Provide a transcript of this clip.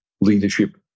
leadership